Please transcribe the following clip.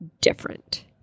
different